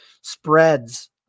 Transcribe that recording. spreads